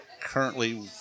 currently